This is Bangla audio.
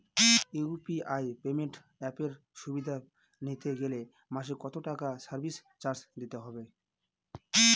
ইউ.পি.আই পেমেন্ট অ্যাপের সুবিধা নিতে গেলে মাসে কত টাকা সার্ভিস চার্জ দিতে হবে?